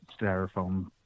styrofoam